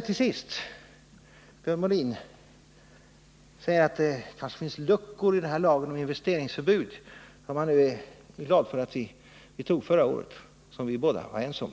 Till sist: Björn Molin säger att det kanske finns luckor i lagen om investeringsförbud, som han nu är glad för att vi antog förra året och som vi båda var ense om